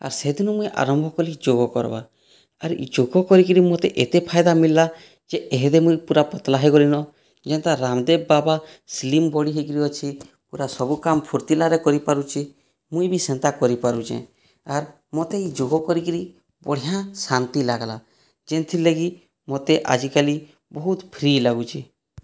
ଆର୍ ସେଦିନୁ ମୁଁଇ ଆରମ୍ଭ କଲି ଯୋଗ କର୍ବାର୍ ଆର୍ ଇ ଯୋଗ କରିକିରି ମତେ ଏତେ ଫାଇଦା ମିଲ୍ଲା ଯେ ଏହେଦେ ମୁଇଁ ପତ୍ଲା ହେଇଗଲି ନ ଯେନ୍ତା ରାମଦେବ୍ ବାବା ସ୍ଲିମ୍ ବଡ଼ି ହେଇକିରି ଅଛି ପୁରା ସବୁ କାମ୍ ଫୁର୍ତିଲାରେ କରିପାରୁଚେ ମୁଇଁ ବି ସେନ୍ତା କରିପାରୁଚେଁ ଆର୍ ମତେ ଇ ଯୋଗ କରିକିରି ବଢ଼ିଆ ଶାନ୍ତି ଲାଗ୍ଲା ଜେନ୍ଥିର୍ଲାଗି ମତେ ଆଜିକାଲି ବହୁତ୍ ଫ୍ରି ଲାଗୁଛେ